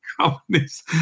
companies